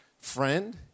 friend